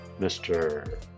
mr